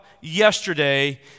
yesterday